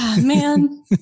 Man